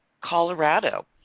Colorado